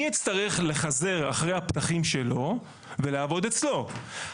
אצטרך לחזר אחרי הפחים שלו ולעבוד אצלו.